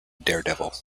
daredevil